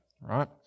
right